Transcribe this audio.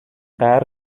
غرق